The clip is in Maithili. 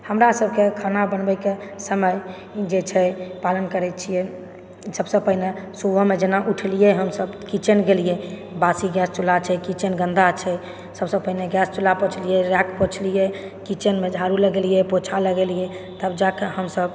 हमरा सबके खाना बनबयके समय जे छै पालन करै छियै सबसँ पहिने सुबहमे जेना उठलियै हमसब किचेन गेलियै बासी गैस चूल्हा छै किचेन गन्दा छै सबसँ पहिने गैस चूल्हा पोछलियै रैक पोछलियै किचनमे झाड़ु लगेलियै पोछा लगेलियै तब जाकऽ हमसब